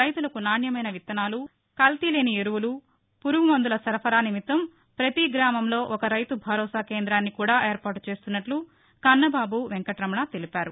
రైతులకు నాణ్యమైన విత్తనాలు కల్తీలేని ఎరువులు పురుగుల మందుల సరఫరా నిమిత్తం ప్రపతి గ్రామంలో ఒక రైతు భరోసా కేంద్రాన్ని కూడా ఏర్పాటు చేస్తున్నట్లు కన్నబాబు వెంకటరమణ తెలిపారు